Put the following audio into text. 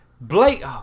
Blake